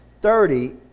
thirty